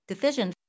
Decisions